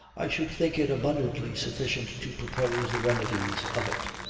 i should think it abundantly sufficient to propose the remedies of it.